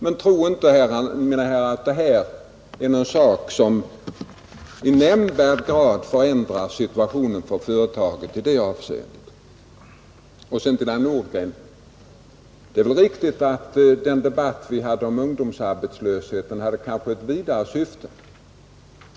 Men tro inte, mina herrar, att detta förslag i nämnvärd grad förändrar situationen för företaget i detta avseende, Sedan till herr Nordgren: Det är riktigt att den debatt som vi hade om ungdomsarbetslösheten hade ett vidare syfte.